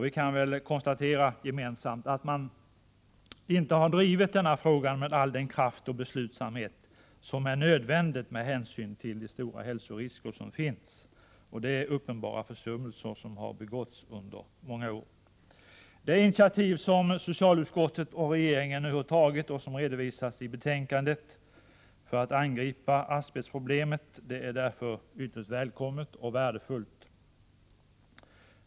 Vi kan väl konstatera gemensamt att denna fråga inte har drivits med den kraft och beslutsamhet som fordras med hänsyn till de stora hälsoriskerna. Uppenbara försummelser har begåtts under många år. Det initiativ som socialutskottet och regeringen nu har tagit för att angripa asbestproblemet och som redovisas i betänkandet är ytterst välkommet och värdefullt.